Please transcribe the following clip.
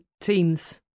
teams